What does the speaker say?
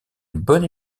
bonne